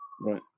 Right